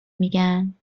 میگن